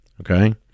okay